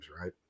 right